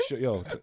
yo